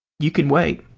you can wait.